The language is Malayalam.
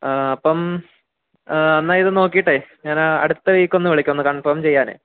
അപ്പം എന്നാൽ ഇത് നോക്കിയിട്ടെ ഞാൻ ആ അടുത്ത വീക്കൊന്ന് വിളിക്കാം ഒന്ന് കൺഫോം ചെയ്യാനെ